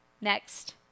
next